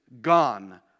gone